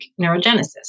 neurogenesis